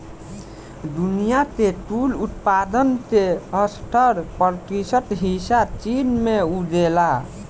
दुनिया के कुल उत्पादन के सत्तर प्रतिशत हिस्सा चीन में उगेला